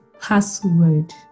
password